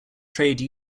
trade